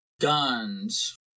guns